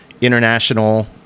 international